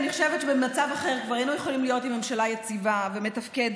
אני חושבת שבמצב אחר כבר היינו יכולים להיות עם ממשלה יציבה ומתפקדת,